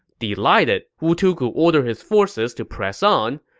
delighted, wu tugu ordered his forces to press on.